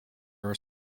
are